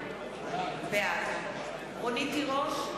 בעד רונית תירוש,